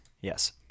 Yes